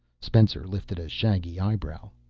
spencer lifted a shaggy eyebrow.